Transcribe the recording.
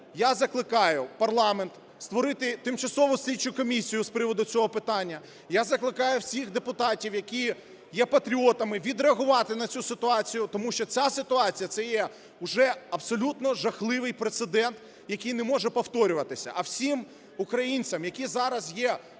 я закликаю парламент створити тимчасову слідчу комісію з приводу цього питання. Я закликаю всіх депутатів, які є патріотами, відреагувати на цю ситуацію. Тому що ця ситуація – це є вже абсолютно жахливий прецедент, який не може повторюватися. А всім українцям, які зараз є